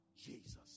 Jesus